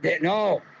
No